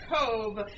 cove